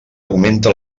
augmenta